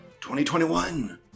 2021